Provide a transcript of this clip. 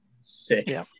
Sick